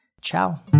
Ciao